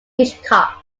hitchcock